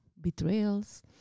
betrayals